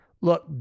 Look